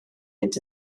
mynd